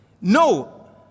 no